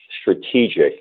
strategic